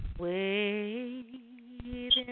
wait